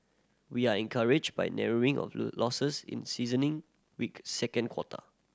we are encouraged by narrowing of losses in seasoning weak second quarter